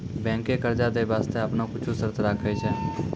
बैंकें कर्जा दै बास्ते आपनो कुछ शर्त राखै छै